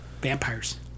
vampires